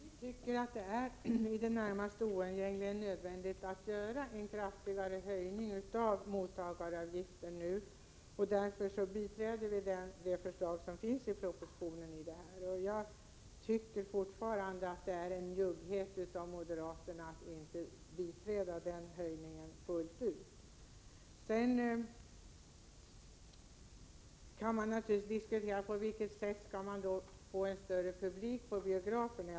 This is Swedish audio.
Fru talman! Vi tycker att det är i det närmaste oundgängligen nödvändigt att nu genomföra en kraftig höjning av mottagaravgiften. Därför biträder vi det förslag som finns i propositionen i denna del. Jag tycker fortfarande att moderaterna visar en njugghet när de inte vill biträda denna höjning fullt ut. Man kan naturligtvis diskutera på vilket sätt man skall få en större publik till biograferna.